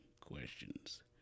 questions